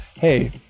hey